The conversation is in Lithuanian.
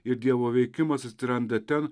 ir dievo veikimas atsiranda ten